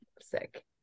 sick